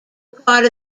part